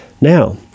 Now